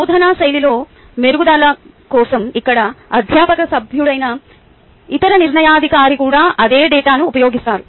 బోధనా శైలిలో మెరుగుదల కోసం ఇక్కడ అధ్యాపక సభ్యుడైన ఇతర నిర్ణయాధికారి కూడా అదే డేటాను ఉపయోగిస్తారు